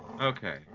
Okay